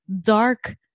dark